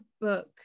book